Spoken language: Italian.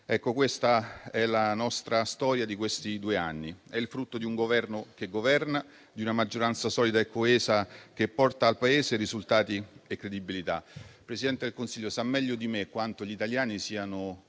Questa è la nostra storia degli ultimi due anni, frutto di un Governo che governa, di una maggioranza solida e coesa, che porta al Paese risultati e credibilità. Il Presidente del Consiglio sa meglio di me quanto gli italiani siano